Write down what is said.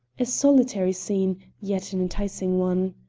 a solitary scene, yet an enticing one.